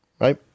right